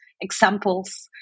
examples